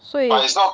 所以